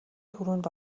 түрүүнд